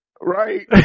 Right